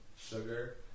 sugar